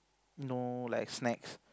no like snacks